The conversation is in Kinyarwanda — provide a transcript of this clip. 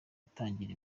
gutangira